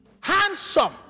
handsome